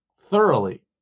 thoroughly